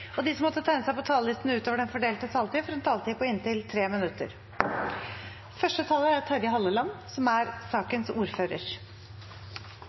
og de som måtte tegne seg på talerlisten utover den fordelte taletid, får også en taletid på inntil 3 minutter.